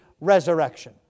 resurrection